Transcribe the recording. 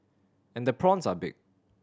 and the prawns are big